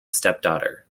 stepdaughter